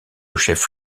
chef